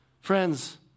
Friends